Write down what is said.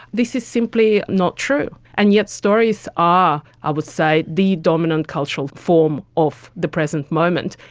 this is simply not true. and yet stories are, i would say, the dominant cultural form of the present moment.